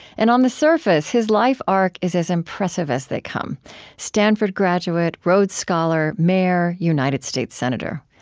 and on the surface, his life arc is as impressive as they come stanford graduate, rhodes scholar, mayor, united states senator.